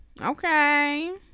okay